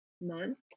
month